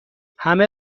همه